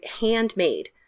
handmade